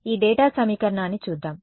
ఈ డేటా సమీకరణాన్ని చూద్దాం